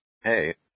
hey